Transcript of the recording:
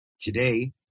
today